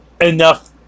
enough